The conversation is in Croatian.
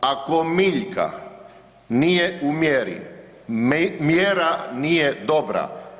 Ako Miljka nije u mjeri, mjera nije dobra.